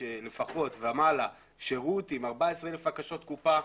ומעלה שירות עם 14,000 הקשות קופה,